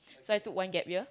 so I took one gap year